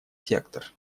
сектор